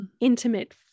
intimate